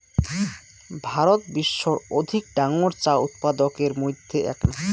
ভারত বিশ্বর অধিক ডাঙর চা উৎপাদকের মইধ্যে এ্যাকনা